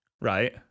Right